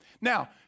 Now